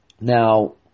Now